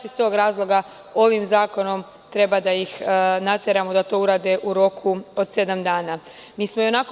Iz tog razloga ovim zakonom treba da ih nateramo da to urade u roku od sedam dana.